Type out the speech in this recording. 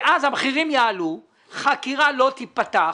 ואז המחירים יעלו, חקירה לא תיפתח,